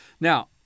Now